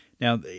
Now